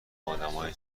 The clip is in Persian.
ادمای